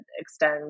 extend